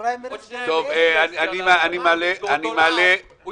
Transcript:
עוד שנייה יגידו --- אני